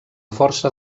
força